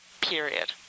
period